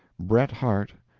bret harte,